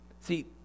See